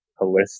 holistic